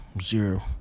zero